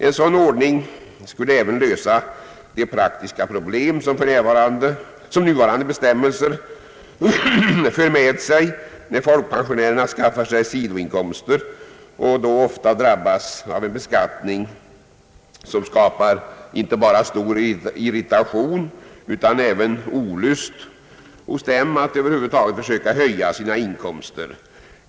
En sådan ordning skulle även lösa de praktiska problem som nuvarande bestämmelser för med sig när folkpensionärerna skaffar sig sidoinkomster. De drabbas då ofta av en beskattning som skapar inte bara stor irritation utan även olust hos dem inför att över huvud taget försöka höja sina inkomster.